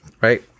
right